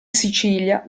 sicilia